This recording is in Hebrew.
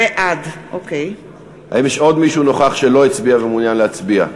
בעד האם יש עוד מישהו נוכח שלא הצביע ומעוניין להצביע?